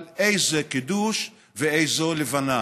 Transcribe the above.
אבל איזה קידוש ואיזו לבנה?